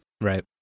Right